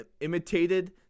imitated